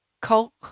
Kolk